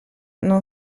non